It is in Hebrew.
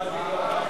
זה מתוכנן כבר 15 שנה.